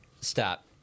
stop